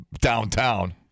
downtown